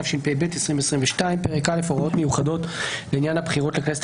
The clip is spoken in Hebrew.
התשפ"ב 2022 פרק א': הוראות מיוחדות לעניין הבחירות לכנסת